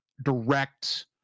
Direct